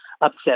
upset